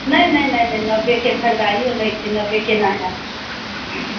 नहि नहि नहि नहि नबे के खैरदारियो नहि छै नबे केना होयत